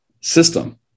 system